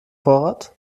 vorrat